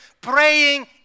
Praying